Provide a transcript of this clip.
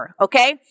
okay